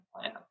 plan